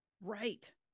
Right